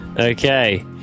Okay